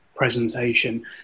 presentation